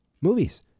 movies